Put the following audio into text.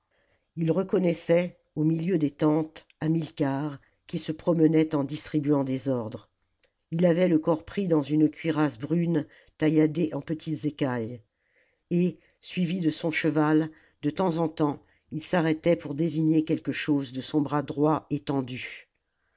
ils reconnaissaient au milieu des tentes hamilcar qui se promenait en distribuant des ordres il avait le corps pris dans une cuirasse brune tailladée en petites écailles et suivi de son cheval de temps en temps il s'arrêtait pour désigner quelque chose de son bras droit étendu